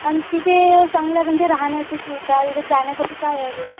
आणि तिथे चांगल्या म्हणजे राहण्याची सुविधा इथे जाण्यासाठी काय आहे